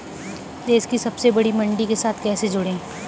देश की सबसे बड़ी मंडी के साथ कैसे जुड़ें?